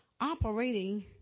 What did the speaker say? operating